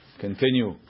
continue